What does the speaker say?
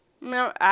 No